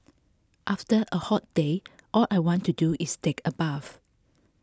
after a hot day all I want to do is take a bath